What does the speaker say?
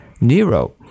Nero